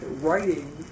writing